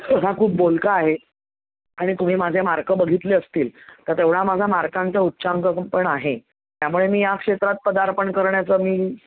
हा खूप बोलका आहे आणि तुम्ही माझे मार्क बघितले असतील तर तेवढा माझा मार्कांचा उच्चांक पण आहे त्यामुळे मी या क्षेत्रात पदार्पण करण्याचं मी